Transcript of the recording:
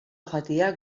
joatea